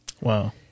Wow